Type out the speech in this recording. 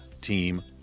team